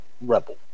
rebel